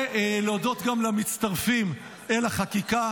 ולהודות גם למצטרפים אל החקיקה.